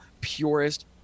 purest